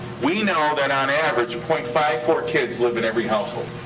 we know that on average, point five four kids live in every household.